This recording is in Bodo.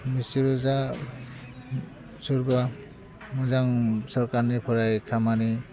बिसोरो जा सोरबा मोजां सरकारनिफ्राय खामानि